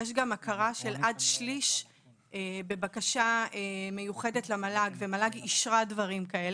יש גם הכרה של עד שליש בבקשה מיוחדת למל"ג ומל"ג אישרה דברים כאלה.